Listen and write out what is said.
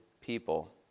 people